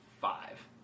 five